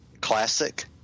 Classic